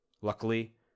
Luckily